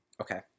Okay